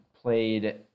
played